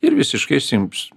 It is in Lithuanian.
ir visiškai išsiims